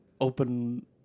Open